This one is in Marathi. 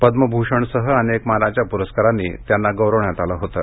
पद्मभूषणसह अनेक मानाच्या पुरस्कारांनी त्यांना गौरवण्यात आलं होतं